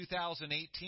2018